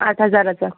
आठ हजाराचा